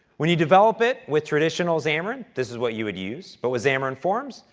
when you develop it with traditional xamarin, this is what you would use. but with xamarin forms,